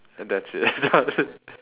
and that's it